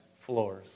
floors